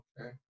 okay